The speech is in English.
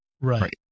Right